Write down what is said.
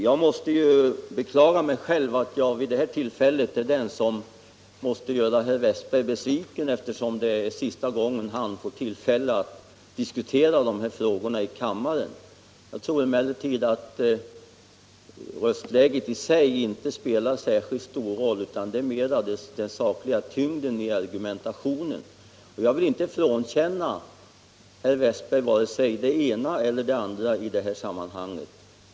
Jag måste beklaga mig själv för att jag är den som måste göra herr Westberg besviken sista gången han har tillfälle att diskutera dessa frågor i kammaren. Jag tror emellertid inte att röstläget i sig spelar så stor roll. Det viktiga är snarare den sakliga tyngden i argumentationen. Jag vill inte frånkänna herr Westberg vare sig det ena eller det andra i detta sammanhang.